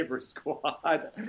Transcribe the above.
squad